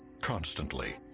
Constantly